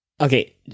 Okay